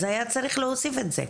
אז היה צריך להוסיף את זה,